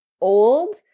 old